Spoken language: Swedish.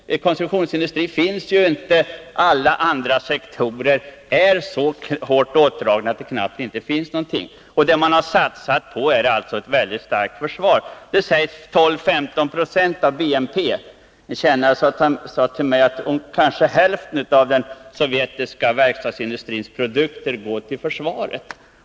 Någon konsumtionsindustri att tala om finns inte, och alla andra sektorer är så hårt åtdragna att det knappt finns någonting. Det man har satsat på är alltså ett väldigt starkt försvar — kanske 12-15 26 av BNP, sägs det. En Sovjetkännare sade till mig att kanske hälften av den sovjetiska verkstadsindustrins produkter går till försvaret.